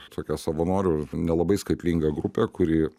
tokia savanorių nelabai skaitlinga grupė kuri